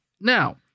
Now